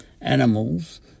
animals